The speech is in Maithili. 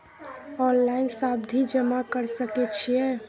ऑनलाइन सावधि जमा कर सके छिये?